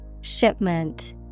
Shipment